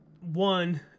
one